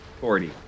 Forty